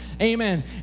Amen